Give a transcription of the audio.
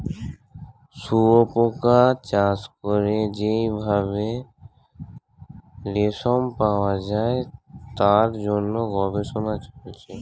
শুয়োপোকা চাষ করে যেই ভাবে রেশম পাওয়া যায় তার জন্য গবেষণা চলছে